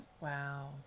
Wow